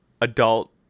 adult